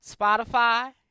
Spotify